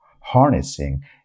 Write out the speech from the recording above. harnessing